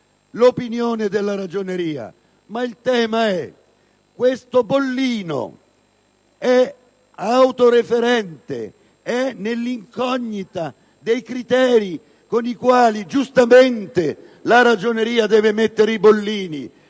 l'opinione della Ragioneria, ma il tema è: questo bollino è autoreferente, è nell'incognita dei criteri con i quali, giustamente, la Ragioneria deve apporre i bollini,